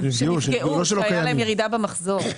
שהייתה להם ירידה במחזור.